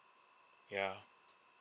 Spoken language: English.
yeah